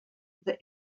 the